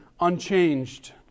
unchanged